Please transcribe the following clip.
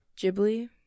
Ghibli